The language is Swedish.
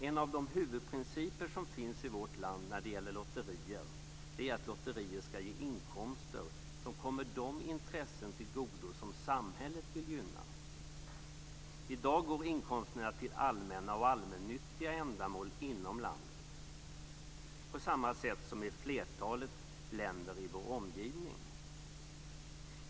En av huvudprinciperna i vårt land när det gäller lotterier är att de skall ge inkomster som kommer de intressen till godo som samhället vill gynna. I dag går inkomsterna till allmänna och allmännyttiga ändamål inom landet på samma sätt som i flertalet länder i vår omgivning.